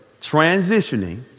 transitioning